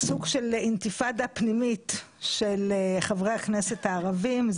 סוג של אינתיפאדה פנימית של חברי הכנסת הערבים.